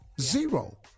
Zero